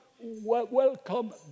welcome